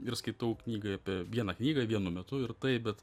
ir skaitau knygą apie vieną knygą vienu metu ir tai bet